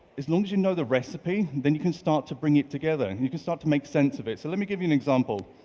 as long as you know the recipe, recipe, then you can start to bring it together. you can start to make sense of it. so let me give you an example.